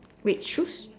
red shoes